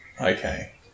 Okay